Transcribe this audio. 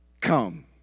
Come